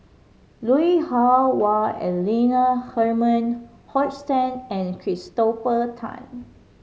Lui Hah Wah Elena Herman Hochstadt and Christopher Tan